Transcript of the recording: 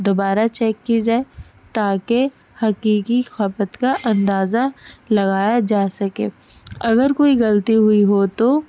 دوبارہ چیک کی جائے تاکہ حقیقی خپت کا اندازہ لگایا جا سکے اگر کوئی غلطی ہوئی ہو تو